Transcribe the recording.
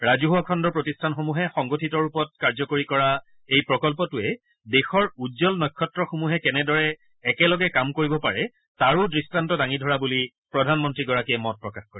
ৰাজহুৱা খণ্ডৰ প্ৰতিষ্ঠানসমূহে সংগঠিত ৰূপত কাৰ্যকৰী কৰা এই প্ৰকল্পটোৱে দেশৰ উজ্বল নক্ষত্ৰসমূহে কেনেদৰে একেলগে কাম কৰিব পাৰে তাৰো দৃষ্টান্ত দাঙি ধৰা বুলি প্ৰধানমন্ত্ৰীগৰাকীয়ে মত প্ৰকাশ কৰে